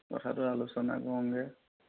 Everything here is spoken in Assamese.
কথাটো আলোচনা কৰোঁগৈ